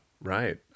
right